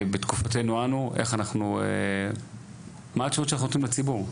מה התשובות שאנחנו נותנים לציבור?